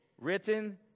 written